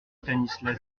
stanislas